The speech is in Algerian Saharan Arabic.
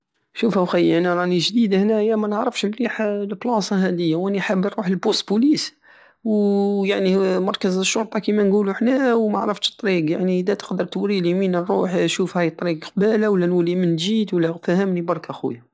شوف اوخيي انا راني جديد هناية ومنعرفش مليح لبلاصة هدية وراني حاب نروح للبوست بوليس ويعني مركز الشرطة كيما نقولو حنا ومعرفتش الطريق يعني ادا تقدر توريلي وين نروح شوف هاي الطريق قبالة ولا الي من جيت ولاوفهمني برك اخويا